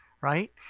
right